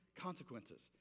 consequences